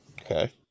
Okay